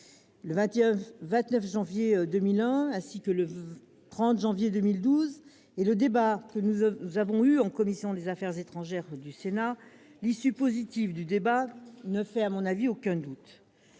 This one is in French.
le 29 janvier 2001 et le 30 janvier 2012, et le débat que nous avons eu au sein de la commission des affaires étrangères du Sénat, l'issue positive du débat ne fait aucun doute,